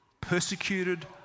persecuted